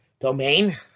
domain